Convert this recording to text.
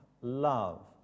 love